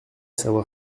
savoir